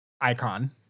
icon